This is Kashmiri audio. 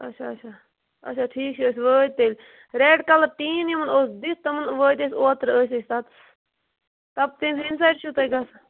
اچھا اچھا اچھا ٹھیٖک چھُ أسۍ وٲتۍ تیٚلہِ ریڈ کلر ٹیٖن یِمن دِتھ تِمن وٲتۍ أسۍ اوٚترٕ أسۍ تتہِ ہِنٛدِ حَظ چھُ توہہِ گژھُن